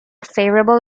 favorable